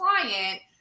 client